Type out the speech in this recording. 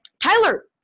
Tyler